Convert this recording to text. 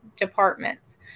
departments